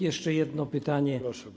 Jeszcze jedno pytanie.